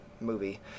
movie